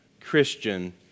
Christian